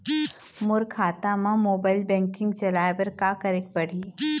मोर खाता मा mobile banking चलाए बर का करेक पड़ही?